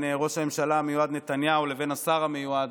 ראש הממשלה המיועד נתניהו לבין השר המיועד,